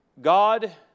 God